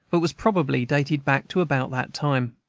but was probably dated back to about that time.